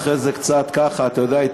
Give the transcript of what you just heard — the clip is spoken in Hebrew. אחרי זה קצת התקרר,